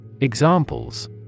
Examples